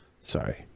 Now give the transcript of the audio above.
sorry